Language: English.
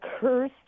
curse